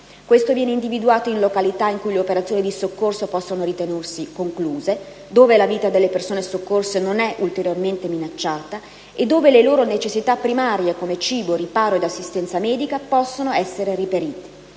Questo viene individuato in località in cui le operazioni di soccorso possono ritenersi concluse, dove la vita delle persone soccorse non è ulteriormente minacciata e dove le loro necessità primarie come cibo, riparo ed assistenza medica possono essere reperite.